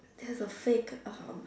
there's a fake um